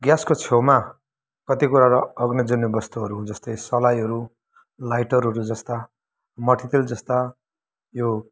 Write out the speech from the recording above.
ग्यासको छेउमा कति कुराहरू अग्निजन्य वस्तुहरू जस्तै सलाईहरू लाइटरहरू जस्ता मट्टितेल जस्ता यो